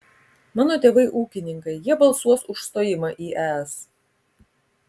mano tėvai ūkininkai jie balsuos už stojimą į es